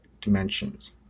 dimensions